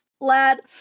lad